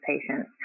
patients